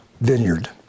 Vineyard